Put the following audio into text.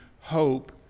hope